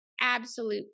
absolute